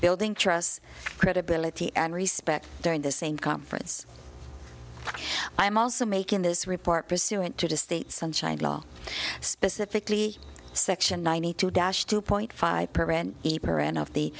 building trust credibility and respect during the same conference i am also making this report pursuant to the state's sunshine law specifically section ninety two dash two point five per hour and of the